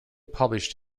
published